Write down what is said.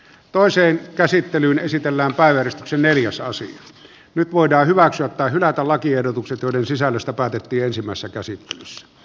toiseen käsittelyyn esitellään päivät ja neliosaisen nyt voidaan hyväksyä tai hylätä lakiehdotukset joiden sisällöstä päätettiinsimmassa käsittelyssä